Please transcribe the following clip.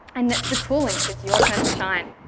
and it's the cool links, it's your turn to shine.